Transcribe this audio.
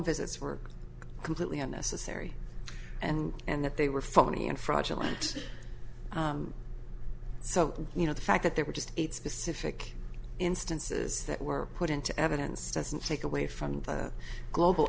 visits were completely unnecessary and and that they were phony and fraudulent so you know the fact that there were just eight specific instances that were put into evidence doesn't take away from the global